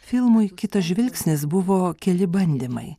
filmui kitas žvilgsnis buvo keli bandymai